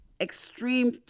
extreme